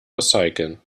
recyceln